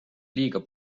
liiga